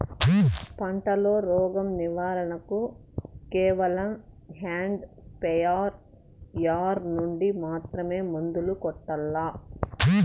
పంట లో, రోగం నివారణ కు కేవలం హ్యాండ్ స్ప్రేయార్ యార్ నుండి మాత్రమే మందులు కొట్టల్లా?